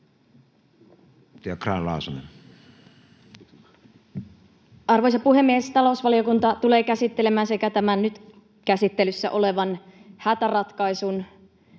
Arvoisa puhemies! Talousvaliokunta tulee käsittelemään valiokunnassa sekä tämän nyt käsittelyssä olevan hätäratkaisun